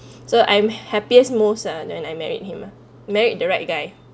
so I'm happiest most ah then I married him ah married the right guy